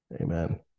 amen